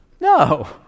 No